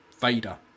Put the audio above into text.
Vader